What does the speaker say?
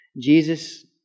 Jesus